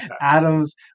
Adam's